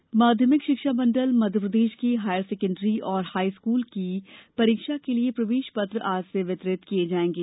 प्रवेश पत्र माध्यमिक शिक्षा मंडल मध्यप्रदेश की हायर सेकेंडरी और हाई स्कूल की परीक्षा के लिए प्रवेश पत्र आज से वितरित किए जाएंगे